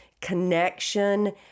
connection